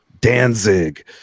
Danzig